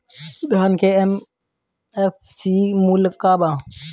धान के एम.एफ.सी मूल्य का बा?